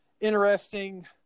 interesting